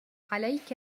عليك